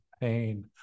pain